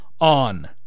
on